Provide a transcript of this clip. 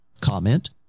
comment